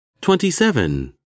Twenty-seven